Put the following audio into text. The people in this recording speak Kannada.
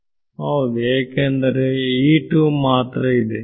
ವಿದ್ಯಾರ್ಥಿ ಹೌದು ಏಕೆಂದರೆ ಮಾತ್ರ ಇದೆ